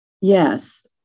Yes